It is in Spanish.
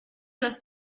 los